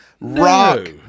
Rock